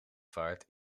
vaart